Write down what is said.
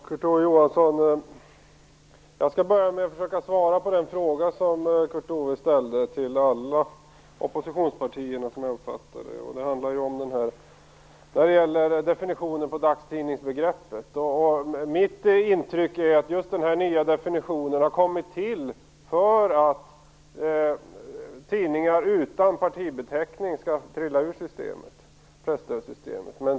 Herr talman! Jag skall börja med att försöka svara på den fråga som Kurt Ove Johansson ställde, som jag uppfattade det, till alla oppositionspartierna. Det gäller alltså definitionen på begreppet dagstidning. Mitt intryck är att den nya definitionen har kommit till för att tidningar utan partibeteckning skall trilla ur presstödssystemet.